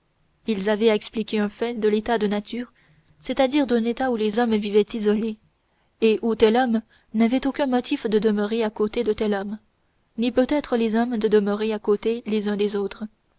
ils avaient à expliquer un fait de l'état de nature c'est-à-dire d'un état où les hommes vivaient isolés et où tel homme n'avait aucun motif de demeurer à côté de tel homme ni peut-être les hommes de demeurer à côté les uns des autres